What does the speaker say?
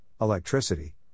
electricity